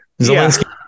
Zelensky